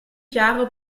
jahre